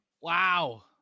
Wow